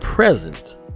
Present